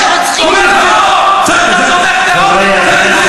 מחמוד בדראן, חברי הכנסת חזן וברקו.